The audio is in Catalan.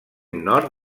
nord